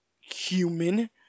human